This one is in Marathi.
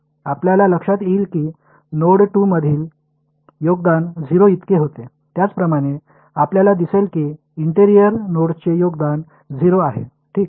आपल्याला लक्षात येईल की नोड 2 मधील योगदान 0 इतके होते त्याचप्रमाणे आपल्याला दिसेल की इंटिरियर नोड्सचे योगदान 0 आहे ठीक